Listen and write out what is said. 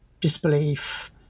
disbelief